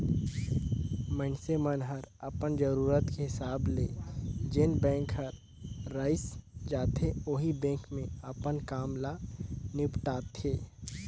मइनसे मन हर अपन जरूरत के हिसाब ले जेन बेंक हर रइस जाथे ओही बेंक मे अपन काम ल निपटाथें